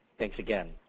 thanks again.